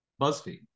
buzzfeed